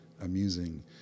amusing